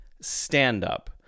stand-up